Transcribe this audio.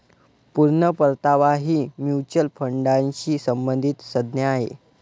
पूर्ण परतावा ही म्युच्युअल फंडाशी संबंधित संज्ञा आहे